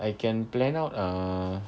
I can plan out a